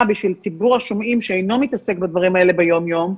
בשביל ציבור השומעים שאינו מתעסק בדברים האלה ביום יום,